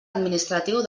administratiu